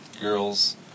girls